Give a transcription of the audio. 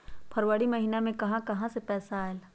फरवरी महिना मे कहा कहा से पैसा आएल?